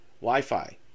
Wi-Fi